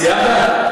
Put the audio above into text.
סיימת?